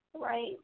right